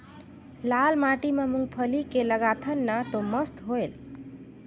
लाल माटी म मुंगफली के लगाथन न तो मस्त होयल?